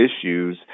issues